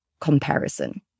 comparison